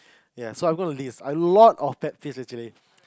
ya so I'm going to list a lot of pet peeves actually